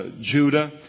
Judah